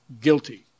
guilty